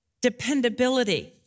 dependability